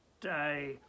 day